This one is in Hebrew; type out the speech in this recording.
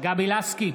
גבי לסקי,